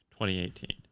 2018